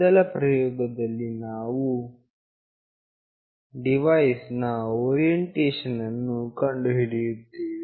ಮೊದಲ ಪ್ರಯೋಗದಲ್ಲಿ ನಾವು ಡಿವೈಸ್ ನ ಓರಿಯೆಂಟೇಷನ್ ಅನ್ನು ಕಂಡುಹಿಡಿಯುತ್ತೇವೆ